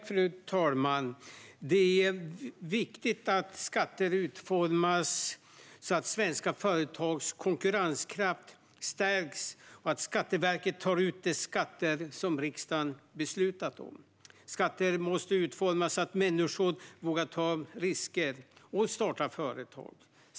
Fru talman! Det är viktigt att skatter utformas så att svenska företags konkurrenskraft stärks och att Skatteverket tar in de skatter som riksdagen beslutat om. Skatter måste utformas så att människor vågar ta risker och starta företag.